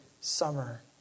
summer